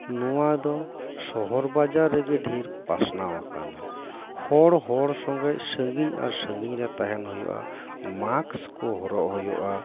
ᱱᱚᱶᱟ ᱫᱚ ᱥᱚᱦᱚᱨ ᱵᱟᱡᱟᱨ ᱨᱮᱜᱮ ᱰᱷᱮᱨ ᱯᱟᱥᱱᱟᱣ ᱟᱠᱟᱱᱟ ᱦᱚᱲ ᱦᱚᱲ ᱥᱚᱺᱜᱮᱡ ᱥᱟᱹᱜᱤᱧ ᱟᱨ ᱥᱟᱺᱜᱤᱧ ᱨᱮ ᱛᱟᱦᱮᱱ ᱦᱩᱭᱩᱜᱼᱟ ᱢᱟᱠᱥ ᱠᱚ ᱦᱚᱨᱚᱜ ᱦᱩᱭᱩᱜᱼᱟ